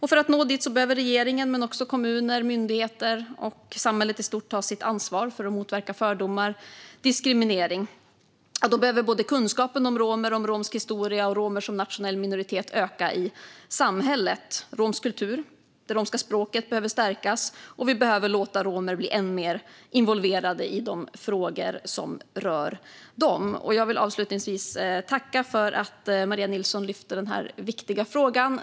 För att vi ska nå dit behöver regeringen men också kommuner, myndigheter och samhället i stort ta sitt ansvar för att motverka fördomar och diskriminering. Då behöver kunskapen om romer, om romsk historia och om romer som nationell minoritet öka i samhället. Romsk kultur och det romska språket behöver stärkas, och vi behöver låta romer bli än mer involverade i frågor som rör dem. Jag vill avslutningsvis tacka för att Maria Nilsson lyfte denna viktiga fråga.